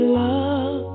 love